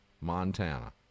Montana